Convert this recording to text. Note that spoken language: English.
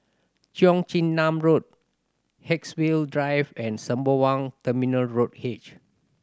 Cheong Chin Nam Road Haigsville Drive and Sembawang Terminal Road H